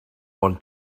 want